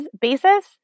basis